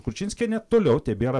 kručinskienė toliau tebėra